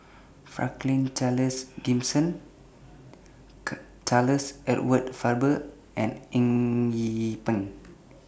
Franklin Charles Gimson Charles Edward Faber and Eng Yee Peng